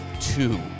two